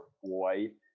white